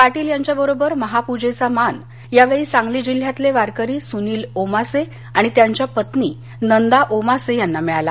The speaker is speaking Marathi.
पाटील यांच्या बरोबर महापूजेचा मान यावेळी सांगली जिल्ह्यातले वारकरी सुनील ओमासे आणि त्यांच्या पत्नी नंदा ओमासे यांना मिळाला